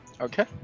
Okay